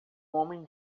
homem